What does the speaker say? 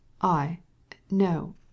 I—no